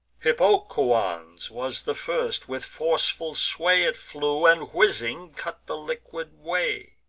hippocoon's was the first with forceful sway it flew, and, whizzing, cut the liquid way.